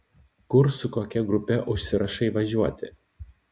kur su kokia grupe užsirašai važiuoti